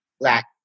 black